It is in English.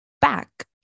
back